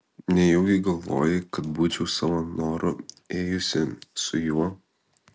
nejau galvoji kad būčiau savo noru ėjusi su juo